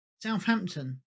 Southampton